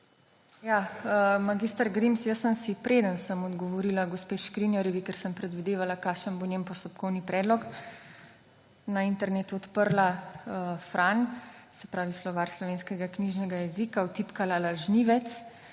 Ja, mag. Grims, jaz sem si, preden sem odgovorila gospe Škrinjarjevi, ker sem predvidevala, kakšen bo njen postopkovni predlog, na internetu odprla Fran, se pravi Slovar slovenskega knjižnega jezika, vtipkala »lažnivec«.